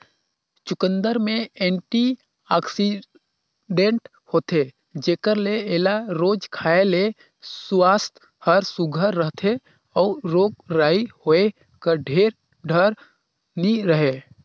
चुकंदर में एंटीआक्सीडेंट होथे जेकर ले एला रोज खाए ले सुवास्थ हर सुग्घर रहथे अउ रोग राई होए कर ढेर डर नी रहें